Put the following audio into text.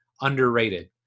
underrated